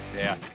yeah.